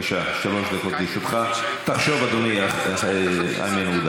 הן מקוממות גם אותי, שאני נלחם למען